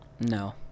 No